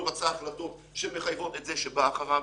רצה החלטות שמחייבות את זה שבא אחריו.